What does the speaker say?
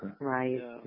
Right